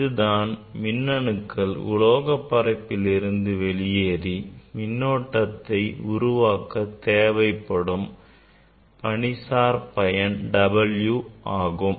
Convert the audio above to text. இதுதான் மின்னணுக்களை உலோகப் பரப்பிலிருந்து வெளியேறி நேர்மின்னூட்டத்தை உருவாக்க தேவைப்படும் பணிசார் பயன் W ஆகும்